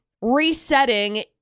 resetting